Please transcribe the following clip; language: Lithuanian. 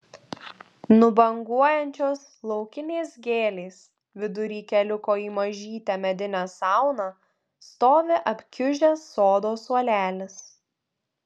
nubanguojančios laukinės gėlės vidury keliuko į mažytę medinę sauną stovi apkiužęs sodo suolelis